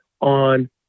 on